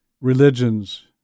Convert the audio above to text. religions